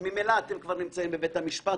ממילא אתם כבר נמצאים בבית המשפט,